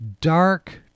dark